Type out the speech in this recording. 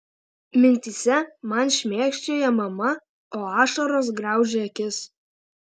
mintyse man šmėkščioja mama o ašaros graužia akis